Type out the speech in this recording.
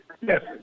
Yes